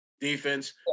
defense